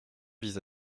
vise